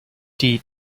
die